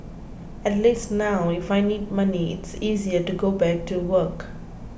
at least now if I need money it's easier to go back to work